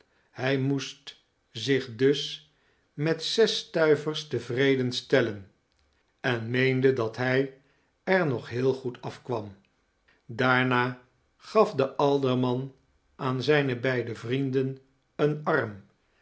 hij moest zich dus met zes stuivers tevreden stellen en meende dat hij er nog heel goed afkwam daarna gaf de alderman aan zijne beide vrienden een arm